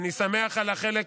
אני שמח על החלק,